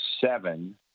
seven